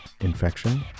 infection